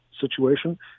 situation